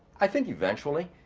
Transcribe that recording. i think eventually.